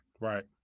Right